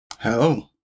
Hello